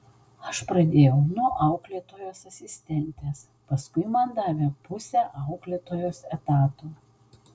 aš pradėjau nuo auklėtojos asistentės paskui man davė pusę auklėtojos etato